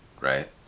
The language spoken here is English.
right